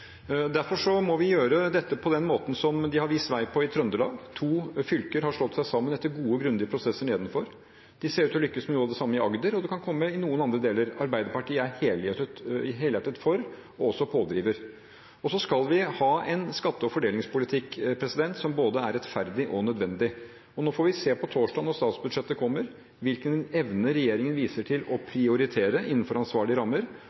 Derfor må vi gjøre dette på den måten som de har vist vei på i Trøndelag: To fylker har slått seg sammen etter gode og grundige prosesser nedenfra. De ser ut til å lykkes med noe av det samme i Agder, og det kan komme i noen andre deler. Arbeiderpartiet er helhjertet for og også pådriver. Så skal vi ha en skatte- og fordelingspolitikk som er både rettferdig og nødvendig. Og nå får vi se på torsdag, når statsbudsjettet kommer, hvilken evne regjeringen viser til å prioritere innenfor ansvarlige rammer